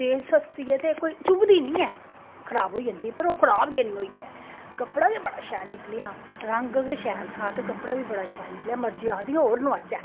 ते सस्ती ऐ ते कोई झुकदी निं ऐ खराब होई जंदी पर ओह् खराब गै निं होई ऐ कपड़ा गै बड़ा शैल निकलेआ रंग गै शैल था ते कपड़ा बी बड़ा शैल निकलेआ मर्जी आखदी होर नोहाचै